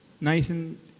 Nathan